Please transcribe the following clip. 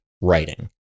writing